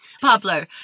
Pablo